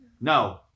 No